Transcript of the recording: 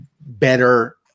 better